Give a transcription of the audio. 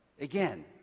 Again